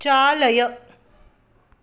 चालय